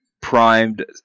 primed